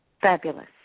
Fabulous